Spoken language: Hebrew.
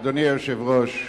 אדוני היושב-ראש,